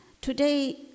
Today